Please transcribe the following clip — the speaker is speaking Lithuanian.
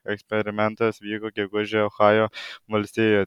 eksperimentas vyko gegužę ohajo valstijoje